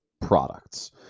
products